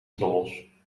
trommels